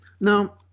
Now